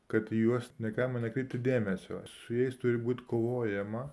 kad į juos negalima nekreipti dėmesio su jais turi būt kovojama